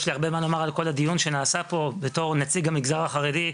יש לי הרבה מה לומר על כל הדיון שנעשה פה בתור נציג המגזר החרדי,